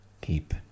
keep